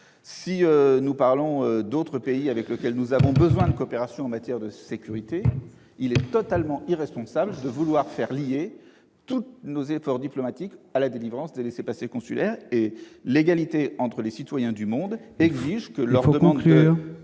aussi parler d'autres pays avec lesquels nous avons besoin de coopération en matière de sécurité. Il serait tout aussi irresponsable de conditionner tous nos efforts diplomatiques à la délivrance des laissez-passer consulaires. L'égalité entre les citoyens du monde exige que leurs demandes de